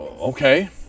Okay